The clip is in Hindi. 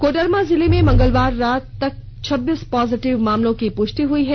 कोडरमा जिले में मंगलवार रात तक छब्बीस पॉजिटिव मामलों की पुष्टि हुई है